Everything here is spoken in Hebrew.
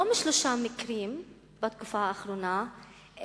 לא שלושה מקרים בתקופה האחרונה,